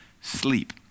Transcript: sleep